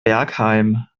bergheim